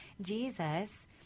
Jesus—